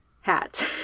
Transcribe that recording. hat